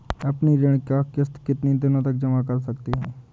अपनी ऋण का किश्त कितनी दिनों तक जमा कर सकते हैं?